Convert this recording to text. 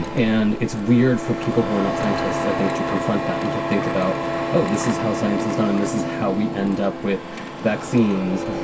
and it's weird for people who are not scientists i think to confront that and to think about oh this is how science is done and this is how we end up with vaccines.